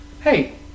Hey